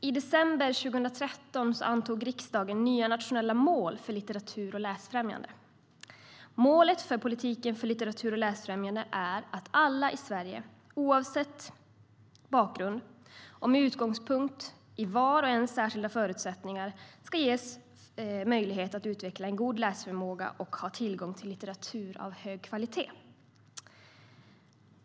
I december 2013 antog riksdagen nya nationella mål för politiken för litteratur och läsfrämjande: "Alla i Sverige ska, oavsett bakgrund och med utgångspunkt i vars och ens särskilda förutsättningar, ges möjlighet att utveckla en god läsförmåga och ha tillgång till litteratur av hög kvalitet."